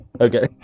Okay